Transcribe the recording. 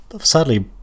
sadly